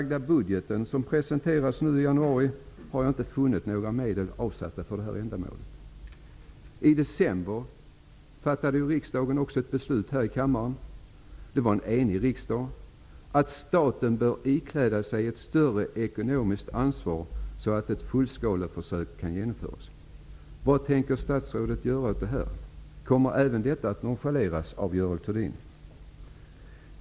I den budget som presenteras nu i januari har jag inte funnit några medel avsatta för detta ändamål. I december fattade en enig riksdag beslut om att staten bör ikläda sig ett större ekonomiskt ansvar så att ett fullskaleförsök kan genomföras. Vad tänker statsrådet göra åt detta? Kommer även detta att nonchaleras av Görel Thurdin?